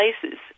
places